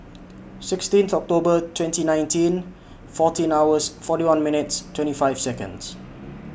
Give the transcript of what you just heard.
sixteen October twenty nineteen fourteen hours forty one minutes twenty five Seconds